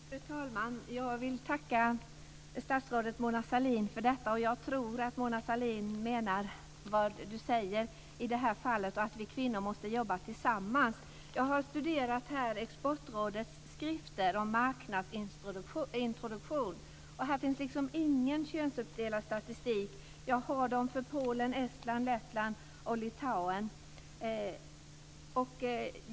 Fru talman! Jag vill tacka statsrådet Mona Sahlin för detta. Jag tror att Mona Sahlin menar vad hon säger, dvs. att vi kvinnor måste jobba tillsammans. Jag har studerat Exportrådets skrifter om marknadsintroduktion. Här finns ingen könsuppdelad statistik. Jag har statistik för Polen, Estland, Lettland och Litauen.